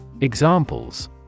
Examples